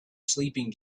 sleeping